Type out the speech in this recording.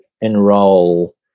enroll